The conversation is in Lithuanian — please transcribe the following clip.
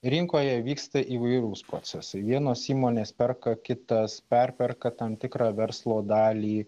rinkoje vyksta įvairūs procesai vienos įmonės perka kitas perperka tam tikrą verslo dalį